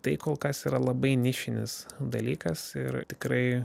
tai kol kas yra labai nišinis dalykas ir tikrai